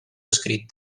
escrit